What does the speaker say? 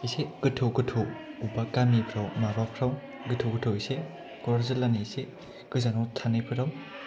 एसे गोथौ गोथौ बबेबा गामिफ्राव माबाफ्राव गोथौ गोथौ एसे क'क्राझार जिल्लानि एसे गोजानाव थानायफोराव